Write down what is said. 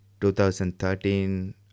2013